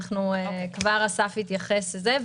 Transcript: אסף יתייחס לזה.